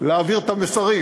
להעביר את המסרים.